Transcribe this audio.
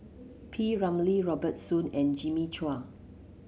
P Ramlee Robert Soon and Jimmy Chua